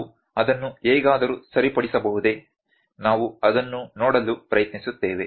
ನಾವು ಅದನ್ನು ಹೇಗಾದರೂ ಸರಿಪಡಿಸಬಹುದೇ ನಾವು ಅದನ್ನು ನೋಡಲು ಪ್ರಯತ್ನಿಸುತ್ತೇವೆ